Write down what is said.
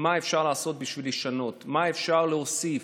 מה אפשר לעשות בשביל לשנות, מה אפשר להוסיף.